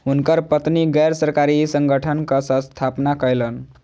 हुनकर पत्नी गैर सरकारी संगठनक स्थापना कयलैन